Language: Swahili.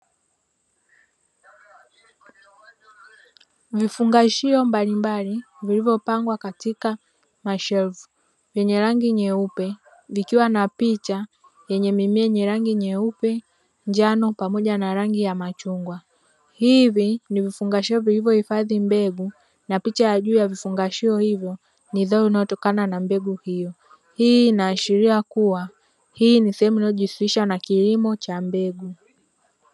Vifungashio mbalimbali vilivyopangwa katika mashelfu, vyenye rangi nyeupe; vikiwa na picha yenye mimea yenye rangi nyeupe, njano pamoja na rangi ya machungwa. Hivi ni vifungashio vilivyohifadhi mbegu, na picha ya juu ya vifungashio hivyo ni zao linalotokana na mbegu hiyo. Hii inaashiria kuwa hii ni sehemu inayojihusisha na kilimo cha mbegu.